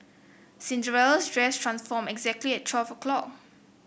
Cinderella's dress transformed exactly at twelve o'clock